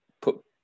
put